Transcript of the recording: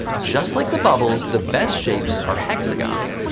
just like the bubbles, the best shapes are hexagons.